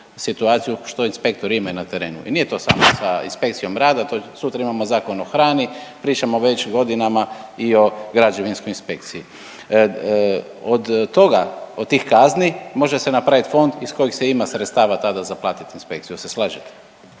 situaciju što inspektori imaju na terenu i nije to samo sa inspekcijom rada, sutra imamo Zakon o hrani, pričamo već godinama i o građevinskoj inspekciji. Od toga, od tih kazni može se napraviti fond iz kojeg se ima sredstava tada za platiti inspekciju, je l' se slažete?